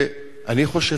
ואני חושב,